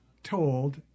Told